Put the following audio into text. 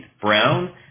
Brown